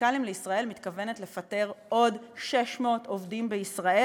"כימיקלים לישראל" מתכוונת לפטר עוד 600 עובדים בישראל,